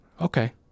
okay